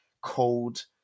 cold